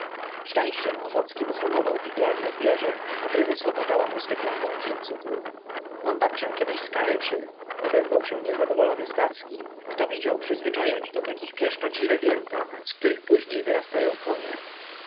szczęściem ochocki pohamował figlarne zwierzę a prezesowa dała mu zwykłą porcyą cukru on babcię kiedy skaleczy odezwał się niezadowolony starski kto widział przyzwyczajać do takich pieszczot źrebięta z których później wyrastają konie